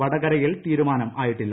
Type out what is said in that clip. വടകരയിൽ തീരുമാനമായിട്ടില്ല